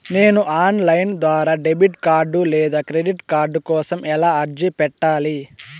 నేను online ద్వారా debit card లేదా క్రెడిట్ కార్డు కోసం ఎలా అర్జీ పెట్టాలి?